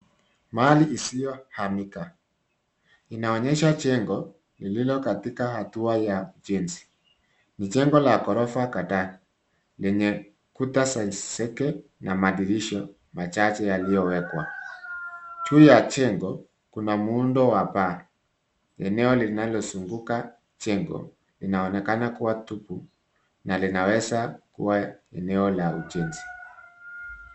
Mali isiyohamika. Inaonyesha jengo lilio katika hatua ya ujenzi ni jengo la ghorofa kadhaa lenye kuta za zege na madirisha machache yaliyowekwa. Juu ya jengo kuna muundo wa paa. Eneo linalozunguka jengo linaonekana kuwa tupu na linaweza kuwa eneo la ujenzi.